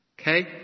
Okay